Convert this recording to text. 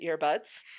earbuds